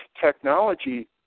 technology